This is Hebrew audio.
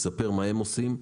הוא יספר מה הם עושים.